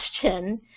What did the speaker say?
question